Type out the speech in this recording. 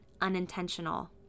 unintentional